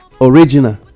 original